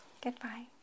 Goodbye